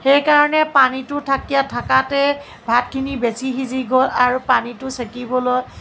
সেইকাৰণে পানীতো থাকি থাকাতে ভাতখিনি বেছি সিজি গ'ল আৰু পানীটো চেকিবলৈ